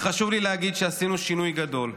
וחשוב לי להגיד שעשינו שינוי גדול.